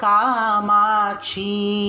Kamachi